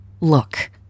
Look